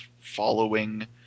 following